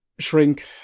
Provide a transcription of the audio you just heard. shrink